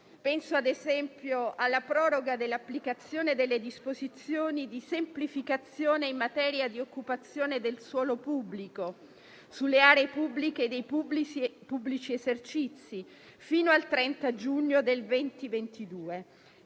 Penso - ad esempio - alla proroga dell'applicazione delle disposizioni di semplificazione in materia di occupazione del suolo pubblico e delle aree pubbliche da parte dei pubblici esercizi, fino al 30 giugno del 2022,